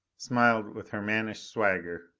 smiled with her mannish swagger,